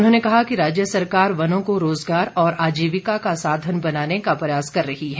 उन्होंने कहा कि राज्य सरकार वनों को रोजगार और आजीविका का साधन बनाने का प्रयास कर रही है